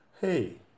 Hey